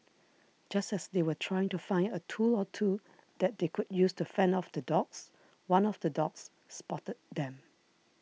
just as they were trying to find a tool or two that they could use to fend off the dogs one of the dogs spotted them